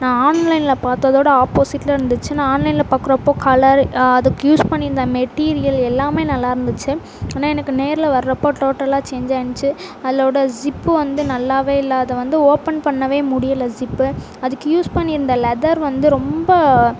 நான் ஆன்லைனில் பார்த்ததோட ஆப்போசிட்டில் இருந்துச்சு நான் ஆன்லைனில் பாக்கிறப்போ கலர் அதுக்கு யூஸ் பண்ணியிருந்த மெட்டீரியல் எல்லாம் நல்லாயிருந்துச்சி ஆனால் எனக்கு நேரில் வர்றப்போ டோட்டலாக சேஞ்ச் ஆகிருந்துச்சி அல்லோட ஸிப்பு வந்து நல்லாவே இல்லை அதை வந்து ஓப்பன் பண்ணவே முடியலை ஸிப்பு அதுக்கு யூஸ் பண்ணியிருந்த லெதர் வந்து ரொம்ப